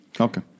okay